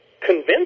convince